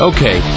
Okay